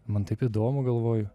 man taip įdomu galvoju